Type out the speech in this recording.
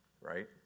right